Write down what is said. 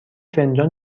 فنجان